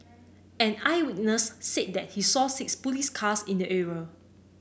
an eyewitness said that he saw six police cars in the area